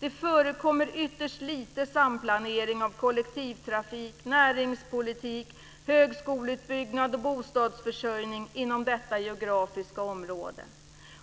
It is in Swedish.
Det förekommer ytterst lite samplanering av kollektivtrafik, näringspolitik, högskoleutbyggnad och bostadsförsörjning inom detta geografiska område.